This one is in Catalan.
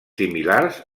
similars